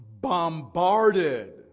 bombarded